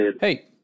Hey